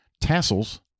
tassels